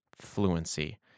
fluency